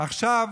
עכשיו,